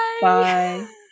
Bye